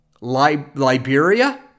Liberia